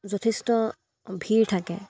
যথেষ্ট ভিৰ থাকে